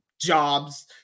jobs